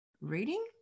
reading